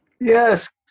Yes